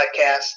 podcast